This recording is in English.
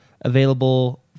available